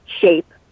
shape